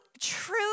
true